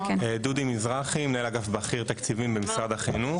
דודי מזרחי מנהל אגף בכיר תקציבים במשרד החינוך.